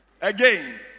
Again